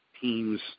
teams